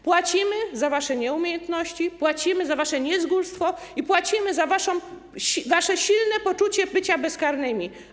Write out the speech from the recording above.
Płacimy za wasze nieumiejętności, płacimy za wasze niezgulstwo i płacimy za wasze silne poczucie bycia bezkarnymi.